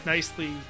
Nicely